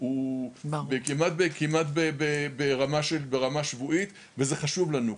הוא כמעט ברמה שבועית וזה חשוב לנו.